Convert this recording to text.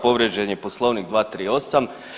Povrijeđen je Poslovnik 238.